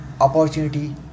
opportunity